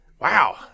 Wow